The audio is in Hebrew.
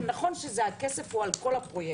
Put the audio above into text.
נכון שהכסף הוא לכולו.